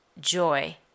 joy